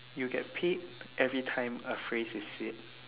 you get paid every time a phrase is said